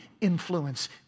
influence